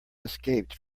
escaped